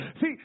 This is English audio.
See